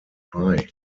bei